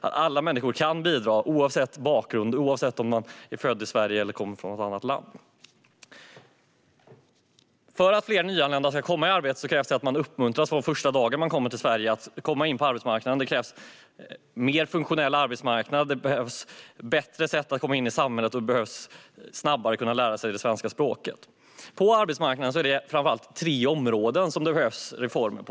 Alla människor kan bidra, oavsett bakgrund och oavsett om man är född i Sverige eller kommer från något annat land. För att fler nyanlända ska komma i arbete krävs att de från första dagen då de kommer till Sverige uppmuntras till att komma in på arbetsmarknaden. Det krävs en mer funktionell arbetsmarknad, det behövs bättre sätt att komma in i samhället och de nyanlända behöver lära sig svenska snabbare. På arbetsmarknaden finns framför allt tre områden där det krävs reformer.